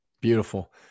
Beautiful